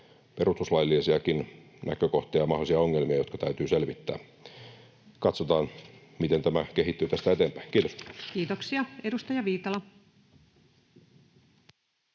perustuslaillisiakin näkökohtia ja mahdollisia ongelmia, jotka täytyy selvittää. Katsotaan, miten tämä kehittyy tästä eteenpäin. — Kiitos. [Speech 137]